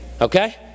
okay